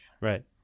Right